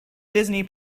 disney